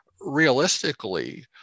realistically